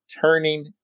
turning